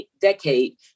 decade